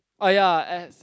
oh ya as